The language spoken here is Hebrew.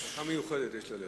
ברכה מיוחדת יש ללחם.